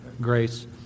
grace